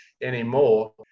anymore